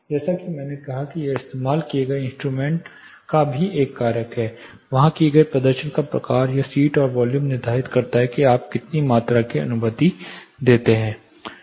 जैसा कि मैंने कहा कि यह इस्तेमाल किए गए इंस्ट्रूमेंट का एक कारक है वहां किए गए प्रदर्शन का प्रकार यह सीट और वॉल्यूम निर्धारित करता है आप कितनी मात्रा की अनुमति देते हैं